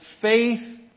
faith